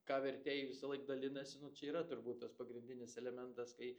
ką vertėjai visąlaik dalinasi nu čia yra turbūt tas pagrindinis elementas kai